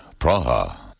Praha